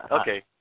Okay